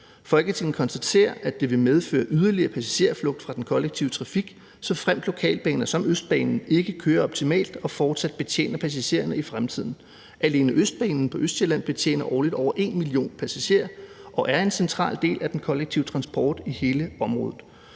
Folketinget konstaterer, at det vil medføre yderligere passagerflugt fra den kollektive trafik, såfremt lokalbaner som Østbanen ikke kører optimalt og fortsat betjener passagerne i fremtiden. Alene Østbanen på Østsjælland betjener årligt over 1 million passagerer og er en central del af den kollektive transport i hele området.